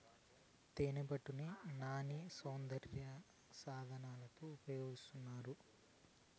తేనెపట్టు నాన్ని సౌందర్య సాధనాలలో ఉపయోగిస్తారు